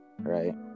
right